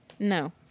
No